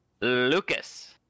Lucas